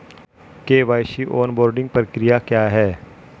KYC onboarding प्रक्रिया क्या है?